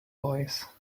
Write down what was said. voice